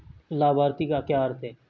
लाभार्थी का क्या अर्थ है?